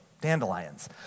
dandelions